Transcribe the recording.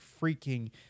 freaking